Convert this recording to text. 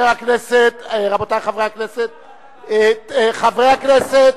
רבותי חברי הכנסת, חברי הכנסת,